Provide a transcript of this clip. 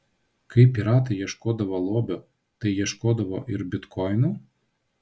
kai piratai ieškodavo lobio tai ieškodavo ir bitkoinų